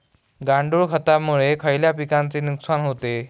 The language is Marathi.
गांडूळ खतामुळे खयल्या पिकांचे नुकसान होते?